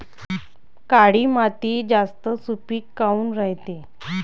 काळी माती जास्त सुपीक काऊन रायते?